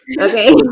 Okay